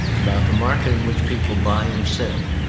about the market in which people buy and sell,